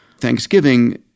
Thanksgiving